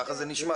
ככה זה נשמע,